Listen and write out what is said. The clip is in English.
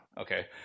Okay